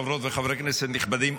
חברות וחברי כנסת נכבדים,